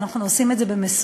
אנחנו עושים את זה במשורה,